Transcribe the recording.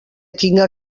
tinga